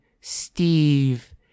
Steve